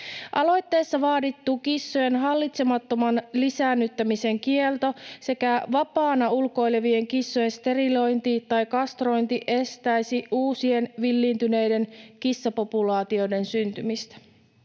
Aloitteessa vaadittu kissojen hallitsemattoman lisäännyttämisen kielto sekä vapaana ulkoilevien kissojen sterilointi tai kastrointi estäisivät uusien villiintyneiden kissapopulaatioiden syntymistä.